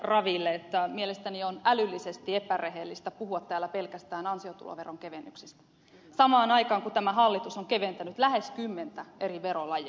raville että mielestäni on älyllisesti epärehellistä puhua täällä pelkästään ansiotuloveron kevennyksestä samaan aikaan kun tämä hallitus on keventänyt lähes kymmentä eri verolajia